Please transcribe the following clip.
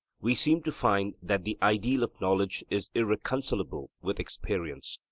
we seem to find that the ideal of knowledge is irreconcilable with experience.